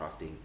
crafting